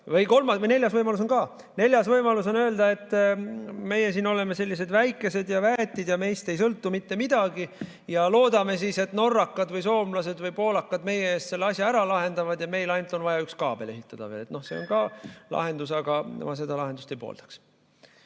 juba vaja. Neljas võimalus on ka. Neljas võimalus on öelda, et meie siin oleme sellised väikesed ja väetid ja meist ei sõltu mitte midagi, ning loodame siis, et norrakad või soomlased või poolakad meie eest selle asja ära lahendavad ja meil on vaja veel ainult üks kaabel ehitada. Noh, see on ka lahendus, aga ma seda lahendust ei poolda.